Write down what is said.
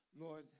Lord